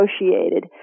negotiated